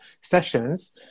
sessions